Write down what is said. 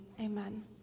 Amen